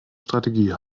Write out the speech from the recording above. strategie